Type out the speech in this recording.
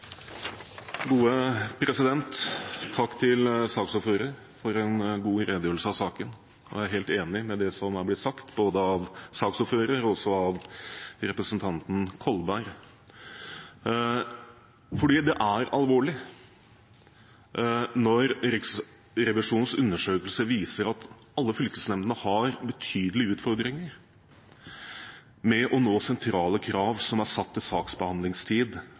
helt enig i det som har blitt sagt, både av saksordføreren og av representanten Kolberg, for det er alvorlig når Riksrevisjonens undersøkelse viser at alle fylkesnemndene har betydelige utfordringer med å oppfylle sentrale krav som er satt til saksbehandlingstid,